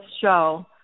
show